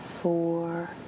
four